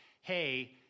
hey